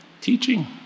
teaching